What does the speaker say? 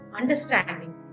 understanding